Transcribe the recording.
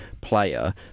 player